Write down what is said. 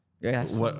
Yes